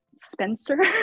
spencer